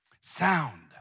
Sound